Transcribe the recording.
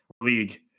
League